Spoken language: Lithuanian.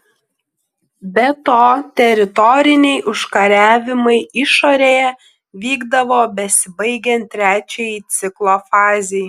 be to teritoriniai užkariavimai išorėje vykdavo besibaigiant trečiajai ciklo fazei